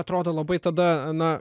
atrodo labai tada na